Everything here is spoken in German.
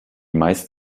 meist